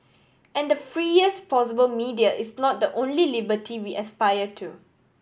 and the freest possible media is not the only liberty we aspire to